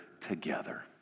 together